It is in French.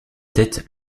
tête